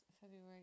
February